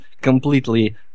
completely